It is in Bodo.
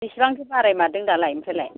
बेसेबांथो बारायमारदों दालाय ओमफ्रायलाय